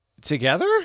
Together